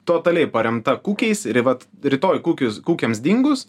totaliai paremta kukiais ir vat rytoj kukius kukiams dingus